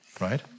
right